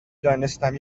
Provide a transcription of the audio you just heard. دانستم